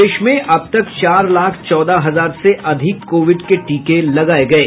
प्रदेश में अब तक चार लाख चौदह हजार से अधिक कोविड के टीके लगाये गये